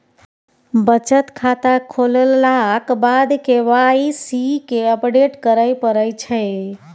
बचत खाता खोललाक बाद के वाइ सी केँ अपडेट करय परै छै